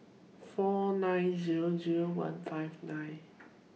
four nine Zero Zero one five nine